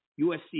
USC